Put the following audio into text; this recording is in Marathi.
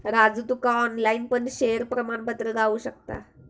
राजू तुका ऑनलाईन पण शेयर प्रमाणपत्र गावु शकता